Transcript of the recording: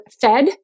fed